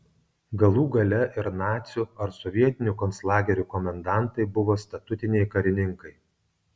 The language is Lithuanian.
galų gale ir nacių ar sovietinių konclagerių komendantai buvo statutiniai karininkai